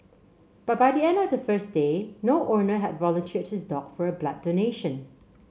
but by the end of the first day no owner had volunteered his dog for a blood donation